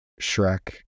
Shrek